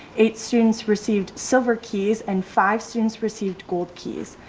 eight students received silver keys and five students received gold keys.